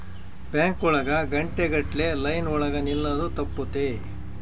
bank ಒಳಗ ಗಂಟೆ ಗಟ್ಲೆ ಲೈನ್ ಒಳಗ ನಿಲ್ಲದು ತಪ್ಪುತ್ತೆ